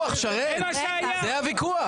שרן, על זה הוויכוח.